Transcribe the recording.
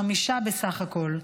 חמישה בסך הכול,